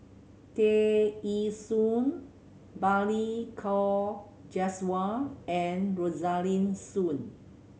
Tear Ee Soon Balli Kaur Jaswal and Rosaline Soon